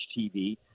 TV